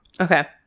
Okay